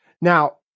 Now